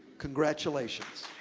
congratulations.